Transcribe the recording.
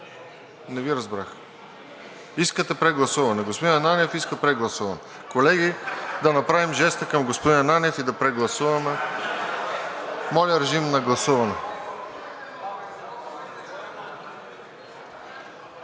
не Ви разбрах? Искате прегласуване. Господин Ананиев иска прегласуване. (Смях.) Колеги, да направим жеста към господин Ананиев и да прегласуваме. Моля, режим на гласуване.